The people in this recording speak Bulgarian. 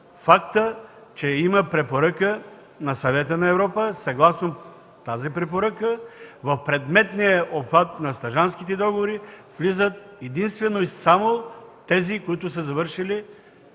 фактът, че има препоръка на Съвета на Европа. Съгласно нея в предметния обхват на стажантските договори влизат единствено и само тези, които са завършили